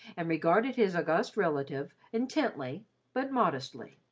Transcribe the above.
and regarded his august relative intently but modestly.